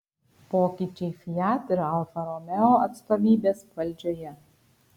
pokyčiai fiat ir alfa romeo atstovybės valdžioje